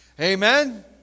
Amen